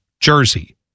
Jersey